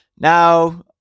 Now